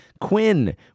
Quinn